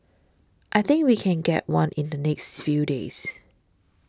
I think we can get one in the next few days